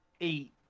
eight